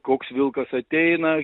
koks vilkas ateina